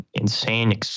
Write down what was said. insane